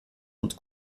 und